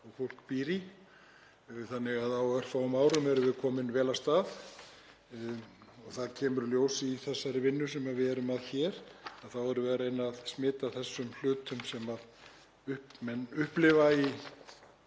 og fólk býr í þannig að á örfáum árum erum við komin vel af stað. Það kemur í ljós í þessari vinnu sem við erum í hér og við erum að reyna að koma þessum hlutum sem menn upplifa